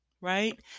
right